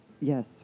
Yes